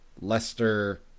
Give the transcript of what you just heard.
Leicester